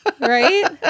Right